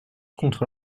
contre